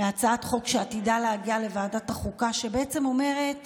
מהצעת חוק שעתידה להגיע לוועדת החוקה שבעצם אומרת